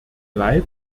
leid